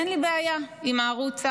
אין לי בעיה עם הערוץ,